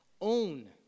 Own